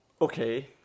Okay